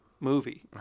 Movie